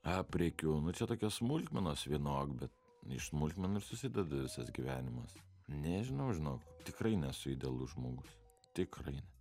aprėkiu nu čia tokios smulkmenos vienok bet iš smulkmenų ir susideda visas gyvenimas nežinau žinok tikrai nesu idealus žmogus tikrai ne